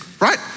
right